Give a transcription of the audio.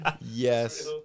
Yes